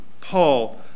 Paul